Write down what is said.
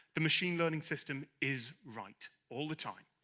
the machine learning system is right all the time.